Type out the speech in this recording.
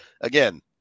Again